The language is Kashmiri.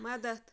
مَدتھ